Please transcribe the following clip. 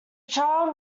child